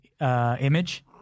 image